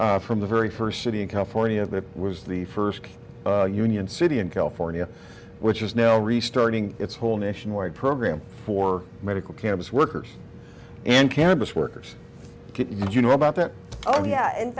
from the very first city in california that was the first union city in california which is now restarting its whole nationwide program for medical cannabis workers and cannabis workers and you know about that oh yeah in